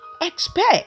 expect